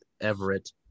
Everett